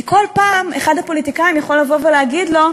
כי כל פעם אחד הפוליטיקאים יכול להגיד לו: